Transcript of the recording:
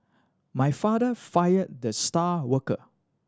my father fired the star worker